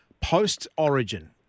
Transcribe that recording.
post-origin